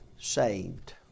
saved